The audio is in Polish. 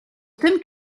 tym